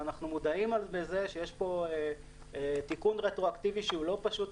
ואנחנו מודעים לזה שיש פה תיקון רטרואקטיבי שהוא לא פשוט,